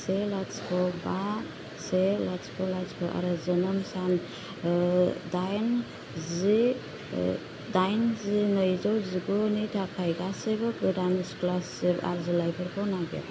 से लाथिख' बा से लाथिख' लाथिख'आरो जोनोम सान दाइन जि नैजौ जिगुनि थाखाय गासिबो गोदान स्कलारसिप आर'जलाइफोरखौ नागिर